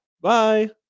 bye